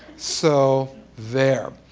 so there.